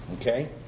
okay